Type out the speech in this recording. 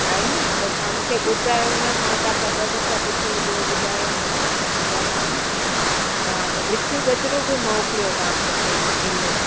आहिनि न त तव्हां मूंखे ॿुधायो न मां तव्हां खां ॿ दफ़ा पुछियो ॿियो ॿुधायो त तव्हां मूंखे ॿुधायो कोन हा त मिठियूं गजरूं बि मोकिलियो तव्हां मूंखे किलो